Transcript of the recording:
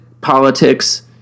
politics